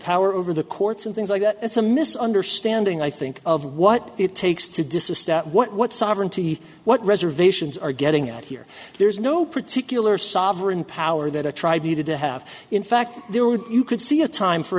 power over the courts and things like that it's a misunderstanding i think of what it takes to desist at what sovereignty what reservations are getting at here there's no particular sovereign power that a tribe needed to have in fact there were you could see a time for